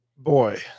Boy